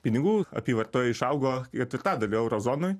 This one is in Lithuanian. pinigų apyvartoj išaugo ketvirtadaliu euro zonoj